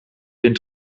den